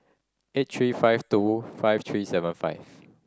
eight three five two five three seven five